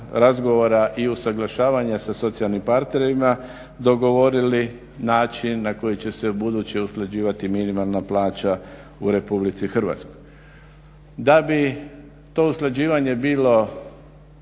i usuglašavanja sa socijalnim partnerima dogovorili način na koji će se ubuduće usklađivati minimalna plaća u RH. Da bi to usklađivanje bilo